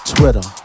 Twitter